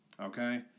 Okay